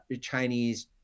Chinese